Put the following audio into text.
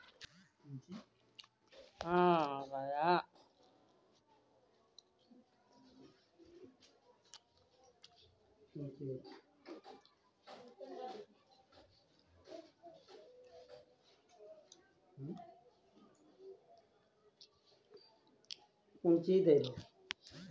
भागलपुर के आस पास के इलाका मॅ मुख्य रूप सॅ केला, आम, पपीता के खेती करलो जाय छै